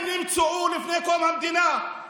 הם נמצאו מלפני קום המדינה,